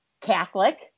Catholic